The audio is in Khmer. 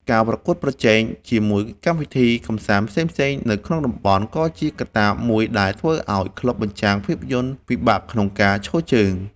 ការប្រកួតប្រជែងជាមួយកម្មវិធីកម្សាន្តផ្សេងៗនៅក្នុងតំបន់ ក៏ជាកត្តាមួយដែលធ្វើឱ្យក្លឹបបញ្ចាំងភាពយន្តពិបាកក្នុងការឈរជើង។